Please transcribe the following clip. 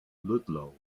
ludlow